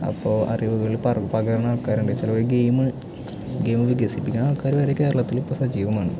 അപ്പോൾ അറിവുകൾ പകരുന്ന ആൾക്കാരുണ്ട് ചിലവർ ഗെയിമ് ഗെയിമ് വികസിപ്പിക്കുന്ന ആൾക്കാർ വരെ കേരളത്തിൽ ഇപ്പോൾ സജീവമാണ്